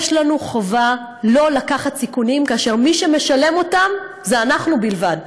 יש לנו חובה שלא לקחת סיכונים כאשר מי שמשלם עליהם זה אנחנו בלבד.